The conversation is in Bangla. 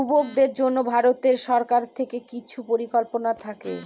যুবকদের জন্য ভারত সরকার থেকে কিছু পরিকল্পনা থাকে